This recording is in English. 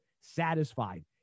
satisfied